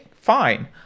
fine